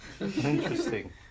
Interesting